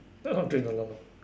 long